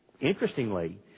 interestingly